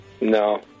No